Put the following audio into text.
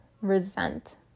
resent